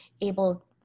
able